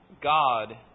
God